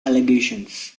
allegations